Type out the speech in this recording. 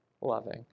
loving